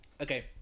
Okay